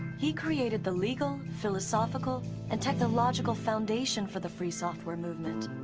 he created the legal, philosophical and technological foundation for the free software movement.